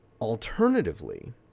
Alternatively